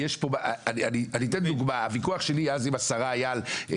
תכניסו את זה לשם ואז אתם משיגים את המטרה הרבה יותר.